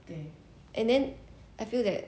then and I feel that